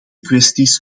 kwesties